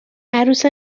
عروس